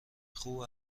خوب